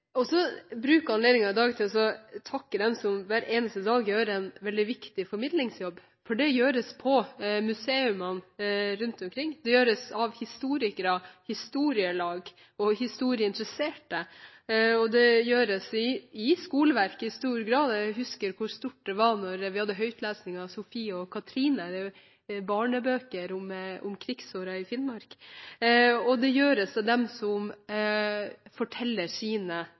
også bruke anledningen i dag til å takke dem som hver eneste dag gjør en veldig viktig formidlingsjobb, for det gjøres på museene rundt omkring. Det gjøres av historikere, historielag og historieinteresserte, det gjøres i skoleverket i stor grad – jeg husker hvor stort det var da vi hadde høytlesning av «Sofie og Kathrine», barnebøker om krigsårene i Finnmark – og det gjøres av dem som forteller sine